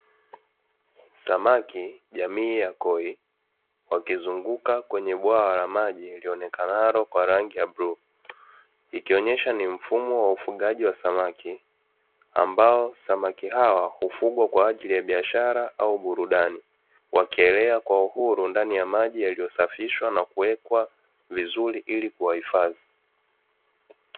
Samaki jamii ya koi, wakizunguka kwenye bwawa la maji lionekanalo kwa rangi ya bluu, ikionyesha ni mfumo wa ufugaji wa samaki ambao samaki hawa hufugwa kwa ajili ya biashara au burudani wakielea kwa uhuru ndani ya maji, yaliyosafishwa na kuwekwa vizuri ili kuwahifadhi.